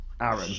Aaron